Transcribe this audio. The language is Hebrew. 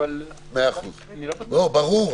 ברור,